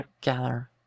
gather